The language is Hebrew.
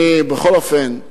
בכל אופן,